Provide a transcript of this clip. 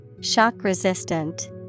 Shock-resistant